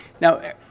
now